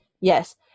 Yes